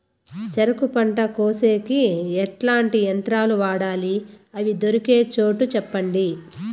చెరుకు పంట కోసేకి ఎట్లాంటి యంత్రాలు వాడాలి? అవి దొరికే చోటు చెప్పండి?